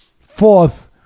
fourth